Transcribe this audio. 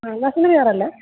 Vasant വിഹാറല്ലേ